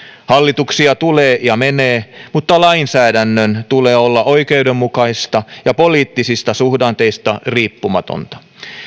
hallituksia tulee ja menee mutta lainsäädännön tulee olla oikeudenmukaista ja poliittisista suhdanteista riippumatonta